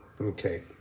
okay